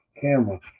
camera